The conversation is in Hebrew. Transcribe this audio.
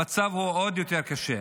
המצב הוא עוד יותר קשה.